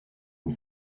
une